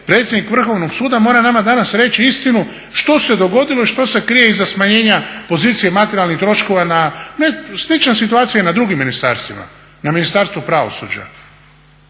predsjednik Vrhovnog suda mora nama danas reći istinu što se dogodilo i što se krije iza smanjenja pozicije materijalnih troškova. Slična situacija je i na drugim ministarstvima, na Ministarstvu pravosuđa.